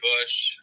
Bush